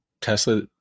Tesla